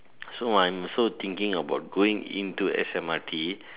so I'm also thinking about going into S_M_R_T